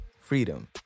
freedom